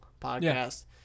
podcast